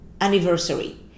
anniversary